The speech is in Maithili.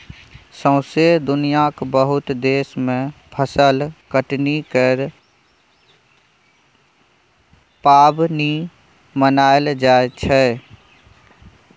सौसें दुनियाँक बहुत देश मे फसल कटनी केर पाबनि मनाएल जाइ छै